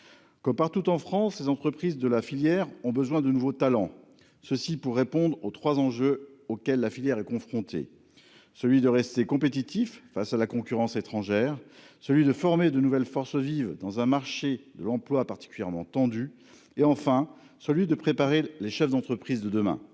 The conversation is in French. comme partout en France, les entreprises de la filière ont besoin de nouveaux talents, ceci pour répondre aux 3 enjeux auxquels la filière est confronté, celui de rester compétitif face à la concurrence étrangère, celui de former de nouvelles forces vives dans un marché de l'emploi particulièrement tendu et enfin celui de préparer les chefs d'entreprise de demain